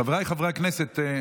חבריי חברי הכנסת,